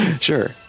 Sure